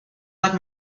tak